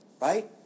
Right